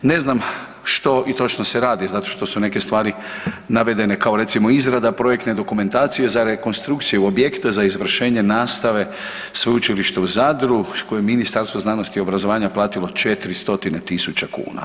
Ne znam što i točno se radi zato što su neke stvari navedene kao recimo izrada projektne dokumentacije za rekonstrukcije objekta, za izvršenje nastave Sveučilišta u Zadru koje je Ministarstvo znanosti i obrazovanja platilo 4 stotine tisuća kuna.